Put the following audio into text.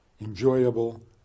enjoyable